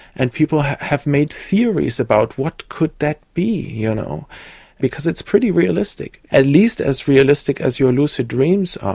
and people have made theories about what could that be you know because it's pretty realistic, at least as realistic as your lucid dreams are.